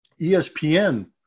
ESPN